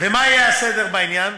ומה יהיה הסדר בעניין?